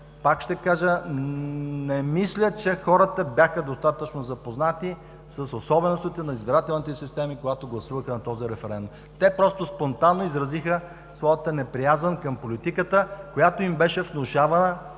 Пак ще кажа: не мисля, че хората бяха достатъчно запознати с особеностите на избирателните системи, когато гласуваха на този референдум. Те просто спонтанно изразиха своята неприязън към политиката, която им беше внушавана